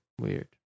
Weird